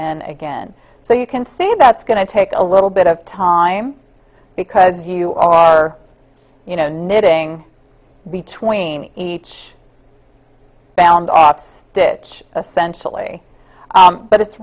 and again so you can see that's going to take a little bit of time because you are you know a knitting between each found off stitch essentially but it's